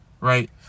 Right